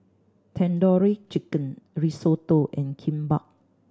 Tandoori Chicken Risotto and Kimbap